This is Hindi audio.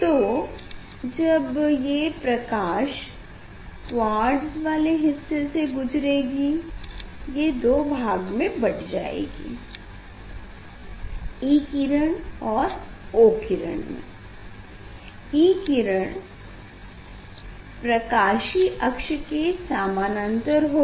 तो जब ये प्रकाश क्वार्ट्ज़ वाले हिस्से से गुजरेगा ये दो भाग में बट जाएगी E किरण और O किरण में E किरण प्रकाशीय अक्ष के समानांतर होगा